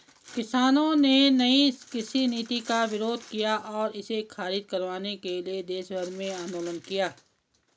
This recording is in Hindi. किसानों ने नयी कृषि नीति का विरोध किया और इसे ख़ारिज करवाने के लिए देशभर में आन्दोलन किया